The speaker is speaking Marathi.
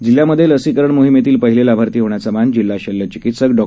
जिल्ह्यामध्ये लसीकरण मोहिमेतील पहिले लाभार्थी होण्याचा मान जिल्हा शल्यचिकीत्सक डॉ